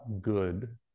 good